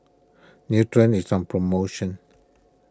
Nutren is on promotion